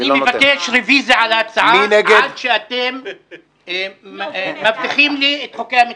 אני מבקש רביזיה על ההצעה עד שאתם מבטיחים לי את חוק המתמחים.